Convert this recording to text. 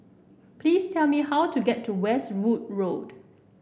please tell me how to get to Westwood Road